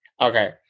Okay